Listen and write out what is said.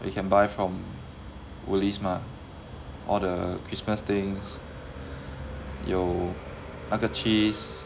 you can buy from Woolies mah all the christmas things 有那个 cheese